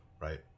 right